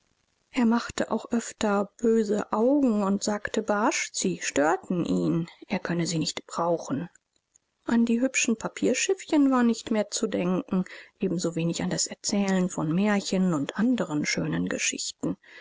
er machte auch öfter böse augen und sagte barsch sie störten ihn er könne sie nicht brauchen an die hübschen papierschiffchen war nicht mehr zu denken ebensowenig an das erzählen von märchen und anderen schönen geschichtchen